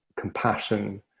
compassion